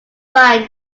line